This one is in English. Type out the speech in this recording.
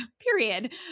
period